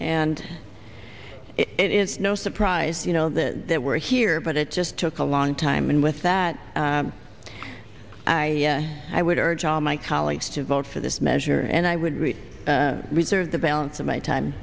and it is no surprise you know the that we're here but it just took a long time and with that i i would urge all my colleagues to vote for this measure and i would really reserve the balance of my time